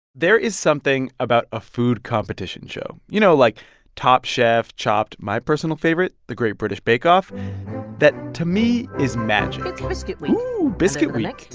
there is something about a food competition show you know, like top chef, chopped, my personal favorite, the great british bake off that, to me, is magic it's biscuit week oh, biscuit week.